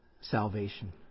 salvation